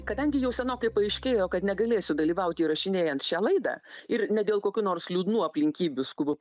kadangi jau senokai paaiškėjo kad negalėsiu dalyvauti įrašinėjant šią laidą ir ne dėl kokių nors liūdnų aplinkybių skubu